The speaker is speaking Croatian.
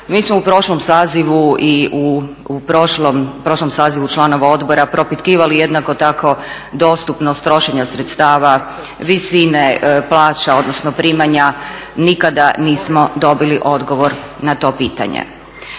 Mi smo u prošlom sazivu i u prošlom sazivu članova odbora propitkivali jednako tako dostupnost trošenja sredstava, visine, plaća odnosno primanja nikada nismo dobili odgovor na to pitanje.